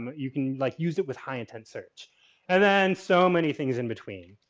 you can like use it with high intense search and then so many things in between.